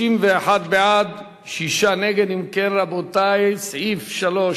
על סעיף 3,